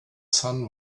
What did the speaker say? sun